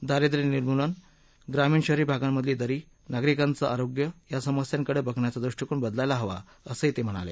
दारिद्वय निर्नुलन ग्रामीण शहरी भागांमधील दरी नागरिकांचे आरोग्य या समस्यांकडे बघण्याचा दृष्टिकोण बदलायला हवा असंही ते म्हणाले